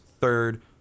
third